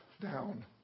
down